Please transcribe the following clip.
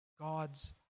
God's